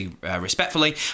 respectfully